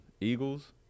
Eagles